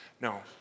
No